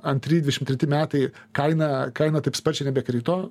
antri dvišim treti metai kaina kaina taip sparčiai nebekrito